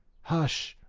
hush!